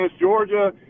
Georgia